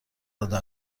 داده